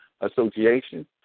association